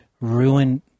ruin